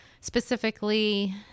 specifically